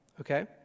okay